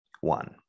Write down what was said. one